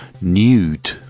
Nude